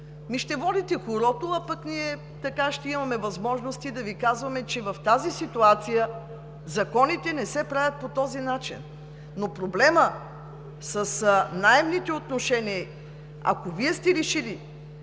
ще водите хорото, а пък ние ще имаме възможности да Ви казваме, че в тази ситуация законите не се правят по този начин. Проблемът с наемните отношения, ако Вие сте решили,